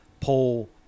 poll